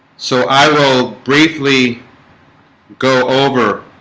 so i will briefly go over